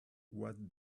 what